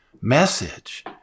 message